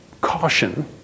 caution